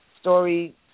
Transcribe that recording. story